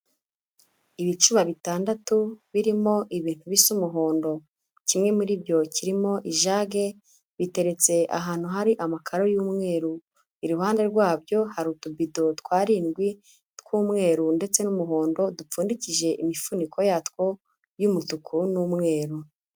Ibicuba bitandatu birimo ibintu bisa umuhondo, kimwe muri ibyo kirimo ijage biteretse ahantu hari amakaro y'umweru, iruhande rwabyo hari utubido tw'arindwi tw'umweru ndetse n'umuhondo dupfundikije imifuniko yatwo y'umutuku n'umweru.